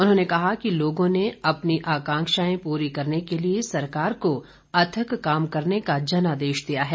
उन्होंने कहा कि लोगों ने अपनी आकांक्षाए पूरी करने के लिए सरकार को अथक काम करने का जनादेश दिया है